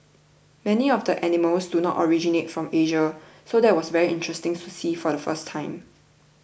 many of the animals do not originate from Asia so that was very interesting to see for the first time